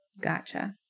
Gotcha